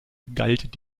galt